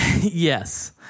Yes